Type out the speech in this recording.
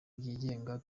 byigenga